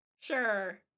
Sure